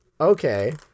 Okay